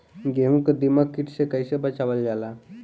गेहूँ को दिमक किट से कइसे बचावल जाला?